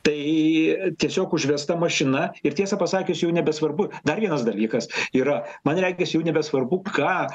tai tiesiog užvesta mašina ir tiesą pasakius jau nebesvarbu dar vienas dalykas yra man regis jau nebesvarbu ką